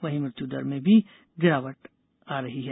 वहीं मृत्यु दर में भी गिरावट आ रही है